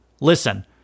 Listen